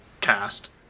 cast